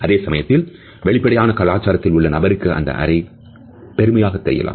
அதே சமயத்தில் வெளிப்படையான கலாச்சாரத்தில் உள்ள நபருக்கு அந்த அறை பெருமையாகத் தெரியலாம்